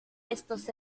estos